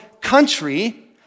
country